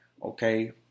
Okay